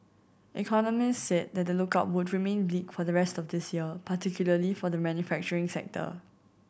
Economists said the the outlook would remain bleak for the rest of this year particularly for the manufacturing sector